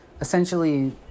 essentially